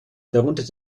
darunter